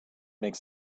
makes